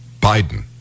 Biden